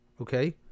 okay